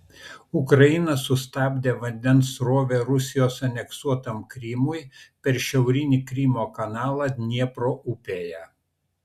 ukraina sustabdė vandens srovę rusijos aneksuotam krymui per šiaurinį krymo kanalą dniepro upėje